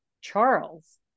Charles